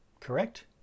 correct